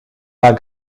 pas